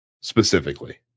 specifically